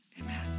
Amen